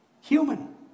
human